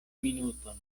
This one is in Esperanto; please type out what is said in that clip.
minuton